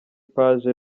page